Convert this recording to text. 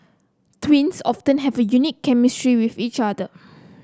twins often have a unique chemistry with each other